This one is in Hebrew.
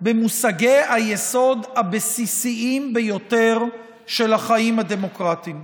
במושגי היסוד הבסיסיים ביותר של החיים הדמוקרטיים.